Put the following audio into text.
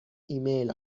ایمیل